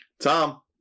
Tom